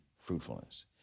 fruitfulness